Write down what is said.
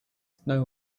know